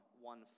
one